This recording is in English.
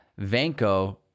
Vanko